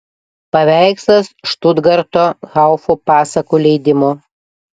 paveikslas štutgarto haufo pasakų leidimo